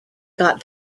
got